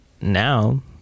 Now